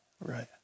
Right